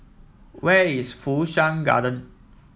where is Fu Shan Garden